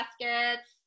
baskets